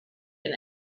and